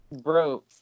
Bro